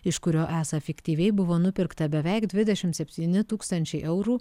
iš kurio esą fiktyviai buvo nupirkta beveik dvidešimt septyni tūkstančiai eurų